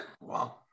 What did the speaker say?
Wow